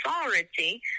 authority